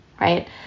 right